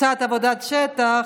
קצת עבודת שטח,